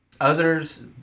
others